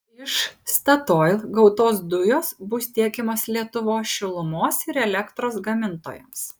iš statoil gautos dujos bus tiekiamos lietuvos šilumos ir elektros gamintojams